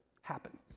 happen